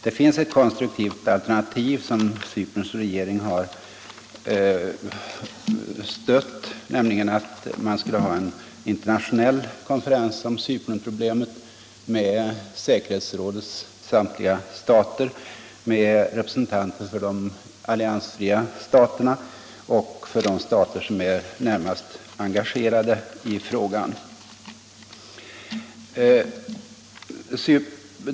Det finns ett konstruktivt alternativ som Cyperns regering har stött, nämligen en internationell konferens om Cypernproblemet med representanter för säkerhetsrådets samtliga stater, för de alliansfria staterna och för de stater som är närmast engagerade i frågan.